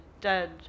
dead